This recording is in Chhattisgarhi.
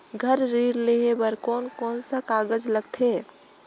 घर ऋण लेहे बार कोन कोन सा कागज लगथे?